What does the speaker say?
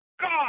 God